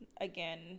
again